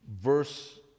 verse